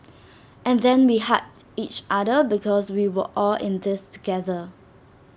and then we hugged each other because we were all in this together